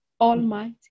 almighty